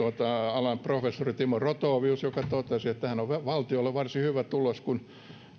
professori timo rothovius joka totesi että tämähän on valtiolle varsin hyvä